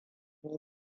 ni